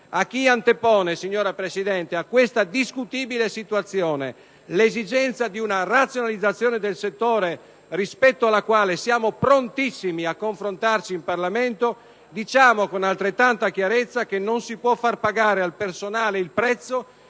A chi antepone, signora Presidente, a questa discutibile situazione l'esigenza di una razionalizzazione del settore, rispetto alla quale siamo prontissimi a confrontarci in Parlamento, diciamo con altrettanta chiarezza che non si può far pagare al personale il prezzo